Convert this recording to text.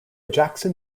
jackson